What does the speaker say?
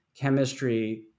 chemistry